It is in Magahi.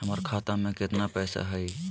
हमर खाता मे केतना पैसा हई?